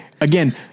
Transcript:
again